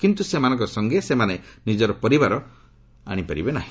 କିନ୍ତୁ ସେମାନଙ୍କ ସଙ୍ଗେ ସେମାନେ ନିଜର ପରିବାର ଆଶିପାରିବେ ନାହିଁ